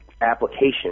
application